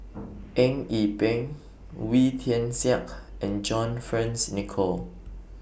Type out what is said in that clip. Eng Yee Peng Wee Tian Siak and John Fearns Nicoll